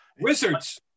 Wizards